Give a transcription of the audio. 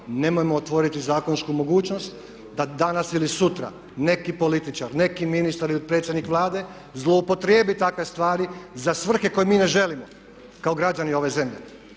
nemojmo otvoriti zakonsku mogućnost da danas ili sutra neki političar, neki ministar ili predsjednik Vlade zloupotrijebi takve stvari za svrhe koje mi ne želimo kao građani ove zemlje.